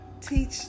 Teach